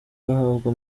bahabwa